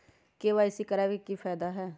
KYC करवाबे के कि फायदा है?